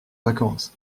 vacances